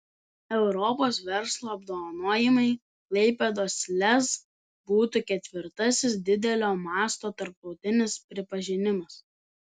europos verslo apdovanojimai klaipėdos lez būtų ketvirtasis didelio masto tarptautinis pripažinimas